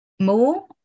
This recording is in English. more